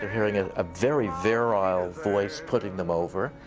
hearing a ah very virile voice putting them over,